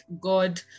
God